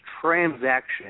transaction